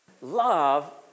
love